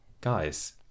guys